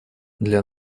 для